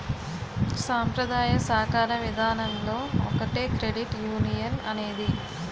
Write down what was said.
సాంప్రదాయ సాకార విధానంలో ఒకటే క్రెడిట్ యునియన్ అనేది